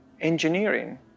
engineering